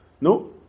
No